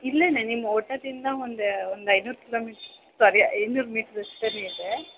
ಇಲ್ಲೆನೇ ನಿಮ್ಮ ಓಟಲಿಂದ ಒಂದು ಒಂದು ಐನೂರು ಕಿಲೋಮೀ ಸ್ವಾರಿ ಐನೂರು ಮಿಟ್ರ್ ಅಷ್ಟೆನೇ ಇದೆ